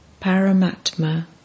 Paramatma